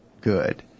good